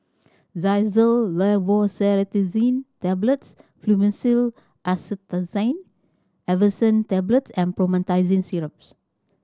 Xyzal Levocetirizine Tablets Fluimucil Acetylcysteine Effervescent Tablets and Promethazine Syrups